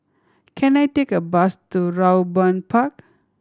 can I take a bus to Raeburn Park